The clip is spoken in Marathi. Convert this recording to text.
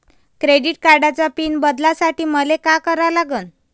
क्रेडिट कार्डाचा पिन बदलासाठी मले का करा लागन?